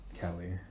Kelly